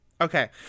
Okay